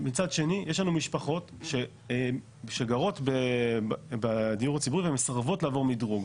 מצד שני יש לנו משפחות שגרות בדיור הציבורי ומסרבות לעבור מדרוג.